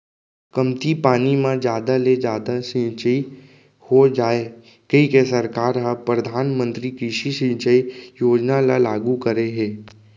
कमती पानी म जादा ले जादा सिंचई हो जाए कहिके सरकार ह परधानमंतरी कृषि सिंचई योजना ल लागू करे हे